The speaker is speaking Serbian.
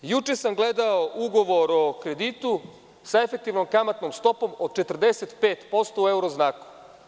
Juče sam gledao ugovor o kreditu sa efektivnom kamatnom stopom od 45% u euro znaku.